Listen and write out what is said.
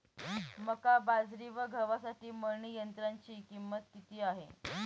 मका, बाजरी व गव्हासाठी मळणी यंत्राची किंमत किती आहे?